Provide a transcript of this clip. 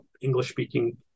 English-speaking